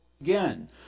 again